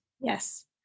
Yes